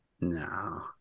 No